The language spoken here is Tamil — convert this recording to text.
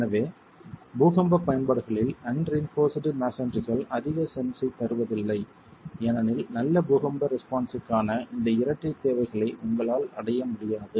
எனவே பூகம்பப் பயன்பாடுகளில் அன்ரிஇன்போர்ஸ்டு மஸோன்றிகள் அதிக சென்ஸைத் தருவதில்லை ஏனெனில் நல்ல பூகம்ப ரெஸ்பான்ஸ்க்கான இந்த இரட்டைத் தேவைகளை உங்களால் அடைய முடியாது